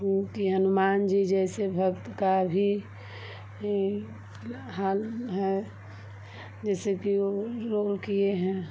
क्योंकि हनुमान जी जैसे भक्त का भी हल है जैसे कि वो रोल किए हैं